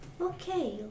okay